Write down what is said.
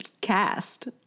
cast